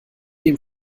dem